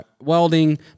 welding